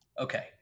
Okay